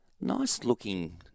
nice-looking